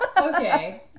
okay